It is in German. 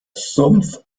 sumpf